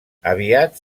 aviat